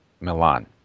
Milan